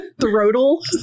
throttle